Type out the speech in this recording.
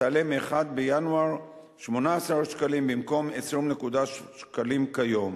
תעלה מ-1 בינואר 18 שקל, במקום 20.7 שקל כיום,